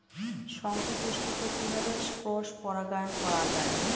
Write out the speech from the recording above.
শঙ্খপুষ্পী কে কিভাবে ক্রস পরাগায়ন করা যায়?